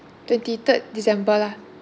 twenty third december lah